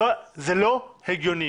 זה לא הגיוני.